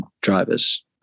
drivers